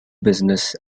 business